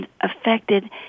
affected